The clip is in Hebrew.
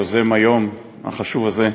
יוזם היום החשוב הזה,